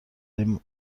این